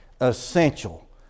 essential